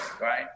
right